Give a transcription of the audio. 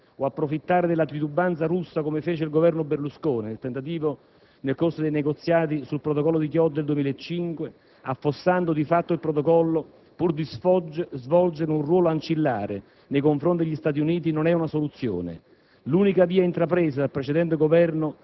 Aspettare che siano gli Stati Uniti ad agire, o approfittare della titubanza russa come fece il Governo Berlusconi nel corso dei negoziati sul Protocollo di Kyoto nel 2005, affossando di fatto il Protocollo pur di svolgere un ruolo ancillare nei confronti degli Stati Uniti, non è una soluzione.